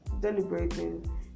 deliberating